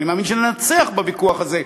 ואני מאמין שננצח בוויכוח הזה,